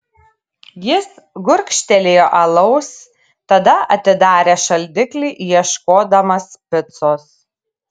jis gurkštelėjo alaus tada atidarė šaldiklį ieškodamas picos